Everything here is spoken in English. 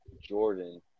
Jordan